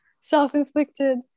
self-inflicted